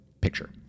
picture